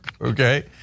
Okay